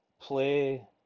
play